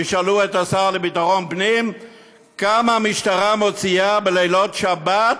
תשאלו את השר לביטחון פנים כמה המשטרה מוציאה בלילות שבת